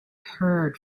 heard